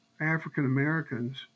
African-Americans